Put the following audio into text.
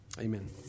amen